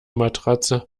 matratze